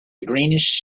greenish